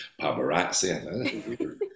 paparazzi